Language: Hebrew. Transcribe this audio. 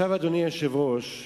אדוני היושב-ראש,